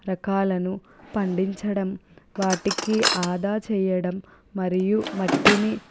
రకాలను పండించడం వాటికి ఆదా చేయడం మరియు మట్టిని